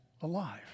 alive